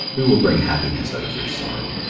we will bring happiness out of your sorrow.